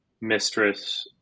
mistress